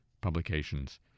publications